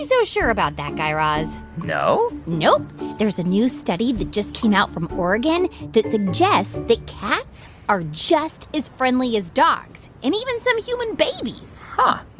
so sure about that, guy raz no? nope there's a new study that just came out from oregon that suggests that cats are just as friendly as dogs and even some human babies huh.